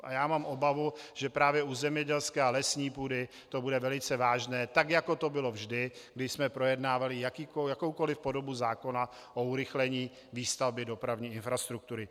A já mám obavu, že právě u zemědělské a lesní půdy to bude velice vážné, tak jako to bylo vždy, kdy jsme projednávali jakoukoli podobu zákona o urychlení výstavby dopravní infrastruktury.